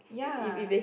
ya